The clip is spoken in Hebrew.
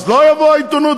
אז לא תבוא העיתונות,